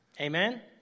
Amen